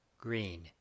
Green